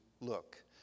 look